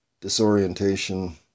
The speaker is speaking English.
disorientation